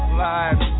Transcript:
live